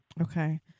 Okay